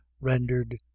rendered